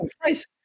price